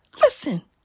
listen